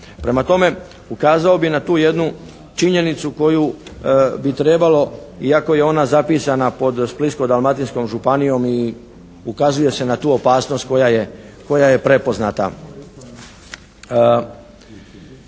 Prema tome, ukazao bih na tu jednu činjenicu koju bi trebalo iako je ona zapisana pod Splitsko-dalmatinskom županijom i ukazuje se na tu opasnost koja je prepoznata.